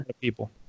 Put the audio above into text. people